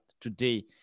today